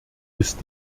ist